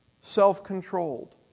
Self-controlled